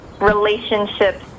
relationships